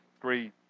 three